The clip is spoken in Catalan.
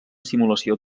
simulació